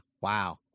Wow